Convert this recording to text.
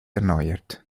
erneuert